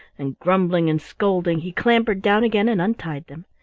and grumbling and scolding he clambered down again and untied them.